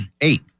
eight